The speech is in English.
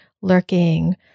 lurking